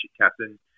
captain